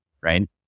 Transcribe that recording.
right